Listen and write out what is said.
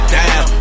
down